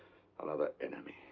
another enemy.